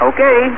Okay